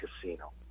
casino